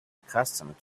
accustomed